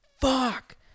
fuck